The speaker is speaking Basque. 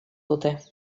dute